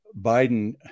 Biden